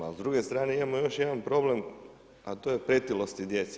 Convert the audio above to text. Ali, s druge strane, imamo još jedan problem, a to je pretilosti djece.